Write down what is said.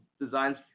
designs –